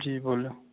जी बोलो